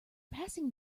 passing